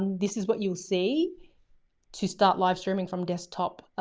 and this is what you will see to start live streaming from desktop,